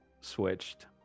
switched